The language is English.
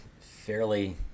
fairly